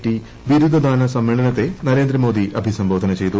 T ബിരുദദിാന ്സമ്മേളനത്തെ നരേന്ദ്ര മോദി അഭിസംബോധന ചെയ്തു